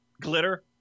Glitter